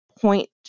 point